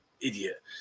idiot